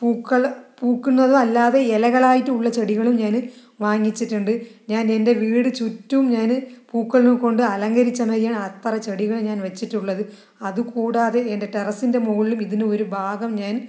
പൂക്കൾ പൂക്കുന്നതും അല്ലാതെ ഇലകളായിട്ടുള്ള ചെടികളും ഞാൻ വാങ്ങിച്ചിട്ടുണ്ട് ഞാൻ എൻ്റെ വീട് ചുറ്റും ഞാൻ പൂക്കളിനെകൊണ്ട് അലങ്കരിച്ച് അത്ര ചെടികൾ ഞാൻ വച്ചിട്ടുള്ളത് അത് കൂടാതെ എൻ്റെ ടെറസ്സിൻ്റെ മുകളിലും ഇതിന് ഒരു ഭാഗം ഞാൻ